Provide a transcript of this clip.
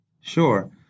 Sure